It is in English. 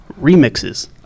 remixes